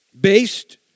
based